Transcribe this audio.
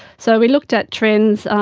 so we looked at trends,